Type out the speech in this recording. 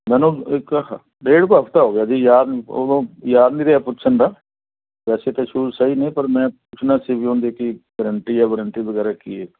ਮੈਨੂੰ ਇੱਕ ਹ ਡੇਢ ਕੁ ਹਫ਼ਤਾ ਹੋ ਗਿਆ ਜੀ ਯਾਦ ਉਦੋਂ ਯਾਦ ਨਹੀਂ ਰਿਹਾ ਪੁੱਛਣ ਦਾ ਵੈਸੇ ਤਾਂ ਸ਼ੂਜ਼ ਸਹੀ ਨੇ ਪਰ ਮੈਂ ਪੁੱਛਣਾ ਸੀ ਵੀ ਉਹਦੀ ਕੀ ਗਰੰਟੀ ਜਾਂ ਵਰੰਟੀ ਵਗੈਰਾ ਕੀ ਐ